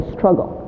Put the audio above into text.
Struggle